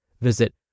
Visit